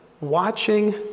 watching